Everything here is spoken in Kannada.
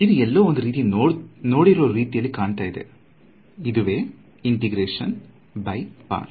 ಇದು ಎಲ್ಲೋ ನೋಡಿರುವ ರೀತಿಯಲ್ಲಿ ಕಾಣುತ್ತಿದೆ ಅಲ್ಲವೇ ಇದುವೇ ಇಂಟೆಗ್ರಷನ್ ಬೈ ಪರ್ಟ್ಸ್